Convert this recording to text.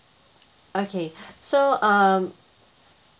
okay so um